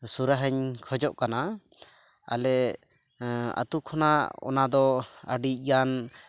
ᱥᱩᱨᱟᱦᱟᱧ ᱠᱷᱚᱡᱚᱜ ᱠᱟᱱᱟ ᱟᱞᱮ ᱟᱹᱛᱩ ᱠᱷᱚᱱᱟᱜ ᱚᱱᱟᱫᱚ ᱟᱹᱰᱤᱜᱟᱱ